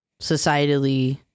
societally